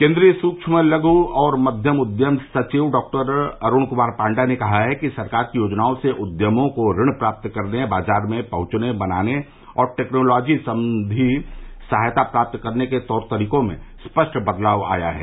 केन्द्रीय सूक्ष्म लघु और मध्यम उद्यम सचिव डॉक्टर अरुण कुमार पांडा ने कहा है कि सरकार की योजनाओं से उद्यमों को ऋण प्राप्त करने बाजार में पहुंच बनाने और टैक्नॉलोजी संबंधी सहायता प्राप्त करने के तौर तरीकों में स्पष्ट बदलाव आया है